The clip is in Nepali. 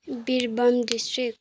विरभुम डिस्ट्रिक्ट